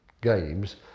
games